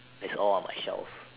that's all on my shelf